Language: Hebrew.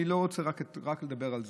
אני לא רוצה לדבר רק על זה,